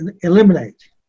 eliminate